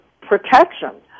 protection